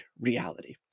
reality